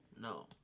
No